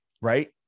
right